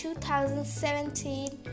2017